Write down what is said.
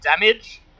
damage